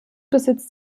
besitzt